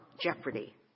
Jeopardy